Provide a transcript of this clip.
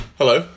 Hello